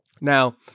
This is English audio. Now